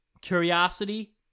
curiosity